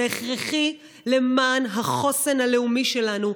זה הכרחי למען החוסן הלאומי שלנו,